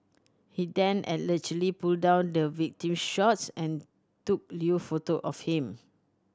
he then allegedly pulled down the victim's shorts and took lewd photo of him